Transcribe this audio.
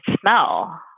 smell